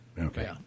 Okay